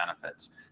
benefits